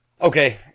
okay